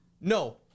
No